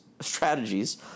strategies